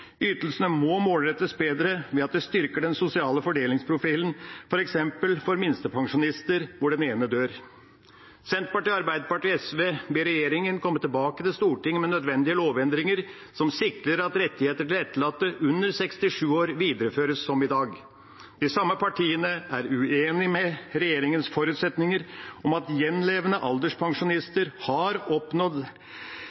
Ytelsene må målrettes bedre ved at vi styrker den sosiale fordelingsprofilen, f.eks. for minstepensjonister hvor den ene dør. Senterpartiet, Arbeiderpartiet og SV ber regjeringa komme tilbake til Stortinget med nødvendige lovendringer som sikrer at rettigheter til etterlatte under 67 år videreføres som i dag. De samme partiene er uenig i regjeringas forutsetninger om at gjenlevende